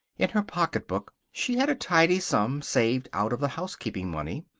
in her pocketbook she had a tidy sum saved out of the housekeeping money.